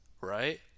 right